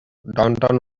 downtown